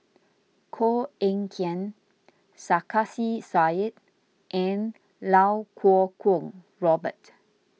Koh Eng Kian Sarkasi Said and Iau Kuo Kwong Robert